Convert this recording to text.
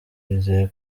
yizeye